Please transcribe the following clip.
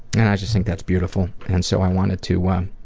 and i just think that's beautiful and so i wanted to